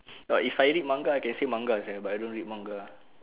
no if I read manga I can say manga sia but I don't read manga